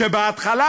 שבהתחלה,